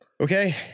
Okay